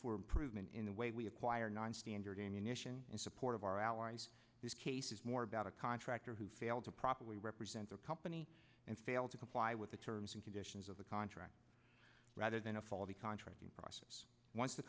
for improvement in the way we acquire nonstandard ammunition in support of our allies this case is more about a contractor who failed to properly represent their company and failed to comply with the terms and conditions of the contract rather than a faulty contracting process